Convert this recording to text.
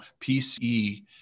PCE